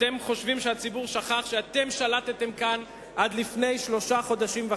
אתם חושבים שהציבור שכח שאתם שלטתם כאן עד לפני שלושה חודשים וחצי.